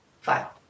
file